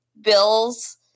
bills